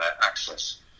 access